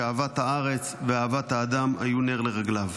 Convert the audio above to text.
שאהבת הארץ ואהבת האדם היו נר לרגליו.